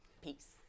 peace